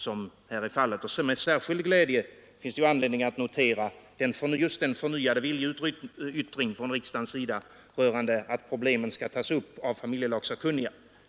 Det finns anledning att med särskild glädje notera den förnyade viljeyttringen från riksdagens sida att problemen skall tas upp av familjelagssakkunniga.